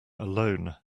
alone